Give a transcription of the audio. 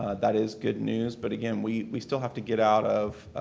ah that is good news. but, again, we we still have to get out of